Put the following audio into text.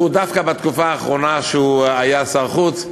דווקא בתקופה האחרונה שהוא היה שר החוץ,